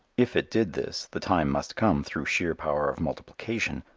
if it did this, the time must come, through sheer power of multiplication,